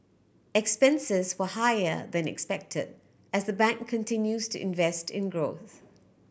expenses were higher than expected as the bank continues to invest in growth